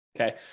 okay